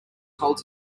holds